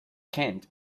kent